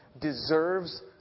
deserves